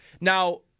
Now